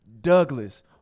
Douglas